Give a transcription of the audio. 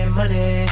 money